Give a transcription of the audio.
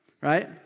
right